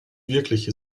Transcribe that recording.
wirkliche